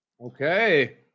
Okay